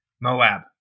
Moab